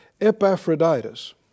Epaphroditus